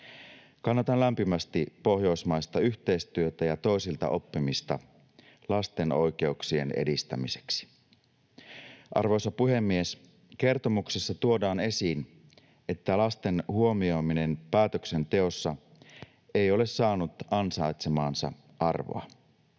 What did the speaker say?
Kannatan lämpimästi Pohjoismaista yhteistyötä ja toisilta oppimista lasten oikeuksien edistämiseksi. Arvoisa puhemies! Kertomuksessa tuodaan esiin, että lasten huomioiminen päätöksenteossa ei ole saanut ansaitsemaansa arvoa.